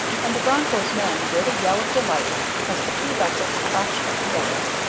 and the broncho's men gave a yell of delight as the two vessels crashed together.